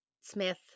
Smith